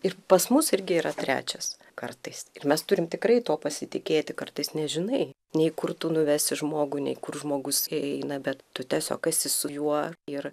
ir pas mus irgi yra trečias kartais ir mes turim tikrai tuo pasitikėti kartais nežinai nei kur tu nuvesi žmogų nei kur žmogus į eina bet tu tiesiog esi su juo ir